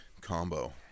combo